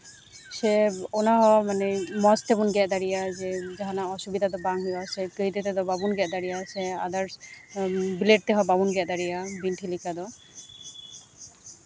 ᱥᱮ ᱚᱱᱟ ᱦᱚᱸ ᱢᱟᱱᱮ ᱢᱚᱡᱽ ᱛᱮᱵᱚᱱ ᱜᱮᱫ ᱫᱟᱲᱮᱭᱟᱜᱼᱟ ᱡᱟᱦᱟᱱᱟᱜ ᱚᱥᱩᱵᱤᱫᱟ ᱫᱚ ᱵᱟᱝ ᱦᱩᱭᱩᱜᱼᱟ ᱥᱮ ᱠᱟᱹᱭᱫᱟᱹ ᱛᱮᱫᱚ ᱵᱟᱵᱚᱱ ᱜᱮᱫ ᱫᱟᱲᱮᱭᱟᱜᱼᱟ ᱥᱮ ᱟᱫᱟᱨᱥ ᱵᱞᱮᱰ ᱛᱮᱦᱚᱸ ᱵᱟᱵᱚᱱ ᱜᱮᱫ ᱫᱟᱲᱮᱭᱟᱜᱼᱟ ᱵᱤᱱᱴᱷᱤ ᱞᱮᱠᱟ ᱫᱚ